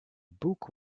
book